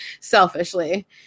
selfishly